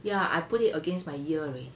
yeah I put it against my ear already